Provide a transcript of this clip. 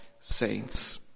saints